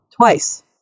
twice